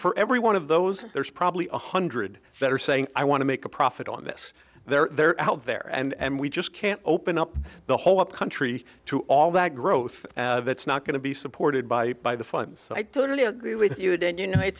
for every one of those there's probably one hundred that are saying i want to make a profit on this they're out there and we just can't open up the whole country to all that growth that's not going to be supported by by the funds so i totally agree with you dan you know it